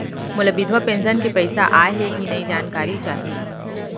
मोला विधवा पेंशन के पइसा आय हे कि नई जानकारी चाही?